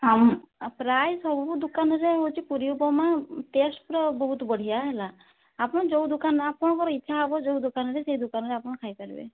ଆମ ପ୍ରାୟ ସବୁ ଦୋକାନରେ ହେଉଛି ପୁରି ଉପମା ଉଁ ଟେଷ୍ଟ୍ ପୂରା ବହୁତ ବଢ଼ିଆ ହେଲା ଆପଣ ଯେଉଁ ଦୁକାନ ଆପଣଙ୍କର ଇଚ୍ଛା ହେବ ଯେଉଁ ଦୋକାନରେ ସେଇ ଦୋକାନରେ ଆପଣ ଖାଇପାରିବେ